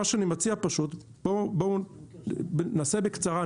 מה שאני מציע פשוט בואו נעשה בקצרה,